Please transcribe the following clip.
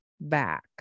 back